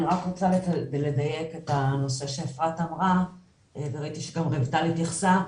אני רק רוצה לדייק את הנושא שאפרת אמרה וראיתי שגם רויטל התייחסה.